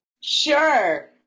Sure